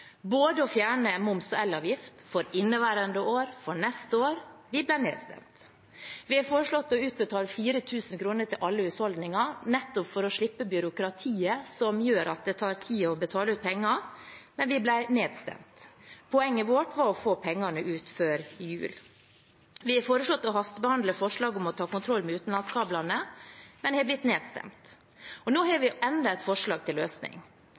å fjerne moms og elavgift for inneværende år og neste år, men vi ble nedstemt. Vi har foreslått å utbetale 4 000 kr til alle husholdninger, nettopp for å slippe byråkratiet som gjør at det tar tid å betale ut penger, men vi ble nedstemt. Poenget vårt var å få pengene ut før jul. Vi har foreslått å hastebehandle forslag om å ta kontroll med utenlandskablene, men har blitt nedstemt. Nå har vi enda et forslag til løsning: